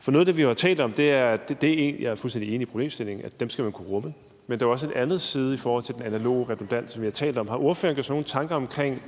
For noget af det, vi har talt om, er – og jeg er fuldstændig enig i problemstillingen – at dem skal man kunne rumme, men der er jo også en anden side i forhold til den analoge redundans, vi har talt om, og har ordføreren gjort sig nogen tanker omkring